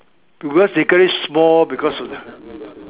because you get it small because of the